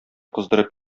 кыздырып